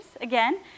again